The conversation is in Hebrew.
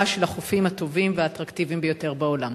של החופים הטובים והאטרקטיביים ביותר בעולם?